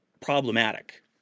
problematic